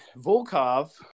Volkov